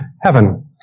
heaven